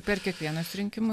per kiekvienus rinkimu